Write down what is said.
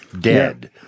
dead